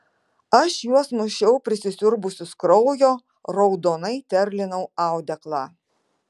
aš juos mušiau prisisiurbusius kraujo raudonai terlinau audeklą